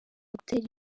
gutera